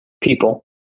people